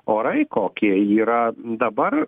orai kokie yra dabar